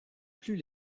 plus